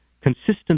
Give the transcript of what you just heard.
consistent